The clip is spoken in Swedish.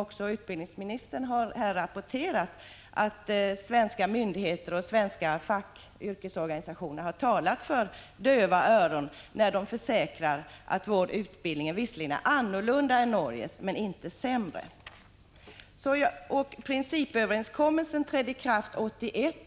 äl sus ä é ningen om de mänskministern här har meddelat, att svenska myndigheter och svenska fackyrkes =...>. liga rättigheterna organisationer har talat för döva öron när de försäkrat att vår utbildning visserligen är annorlunda än Norges men inte sämre. Principbeslutet fattades 1981 och ikraftträdandet